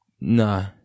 Nah